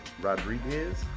rodriguez